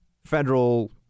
Federal